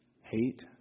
hate